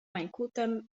mańkutem